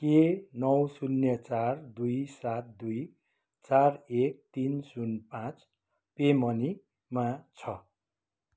के नौ शून्य चार दुई सात दुई चार एक तिन शून्य पाँच पे मनीमा छ